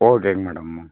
ஓகேங்க மேடம்